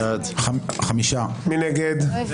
לא, אני ראיתי,